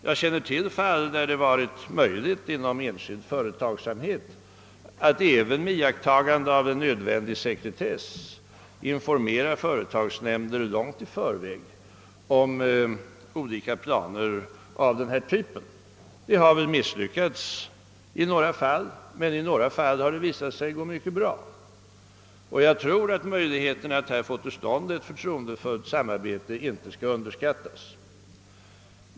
Jag känner till fall inom enskild företagsamhet där det varit möjligt att även med iakttagande av nödvändig sekretess informera företagsnämnder långt i förväg om olika planer av denna typ. Det har väl misslyckats i vissa fall, men i några fall har det visat sig gå mycket bra, och jag tror att möjligheterna att härvidlag få till stånd ett förtroendefullt samarbete inte skall underskattas.